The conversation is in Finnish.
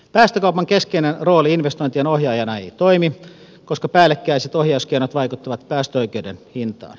päästökaupan keskeinen rooli investointien ohjaajana ei toimi koska päällekkäiset ohjauskeinot vaikuttavat päästöoikeuden hintaan